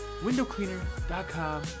windowcleaner.com